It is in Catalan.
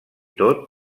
tot